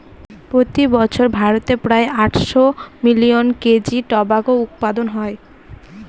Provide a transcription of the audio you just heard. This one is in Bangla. প্রতি বছর ভারতে প্রায় আটশো মিলিয়ন কেজি টোবাকো উৎপাদন হয়